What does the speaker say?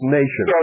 nation